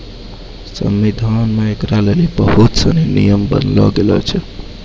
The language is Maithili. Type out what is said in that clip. संविधान मे ऐकरा लेली बहुत सनी नियम बनैलो गेलो छै